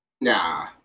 nah